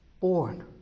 born